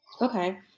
okay